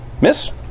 Miss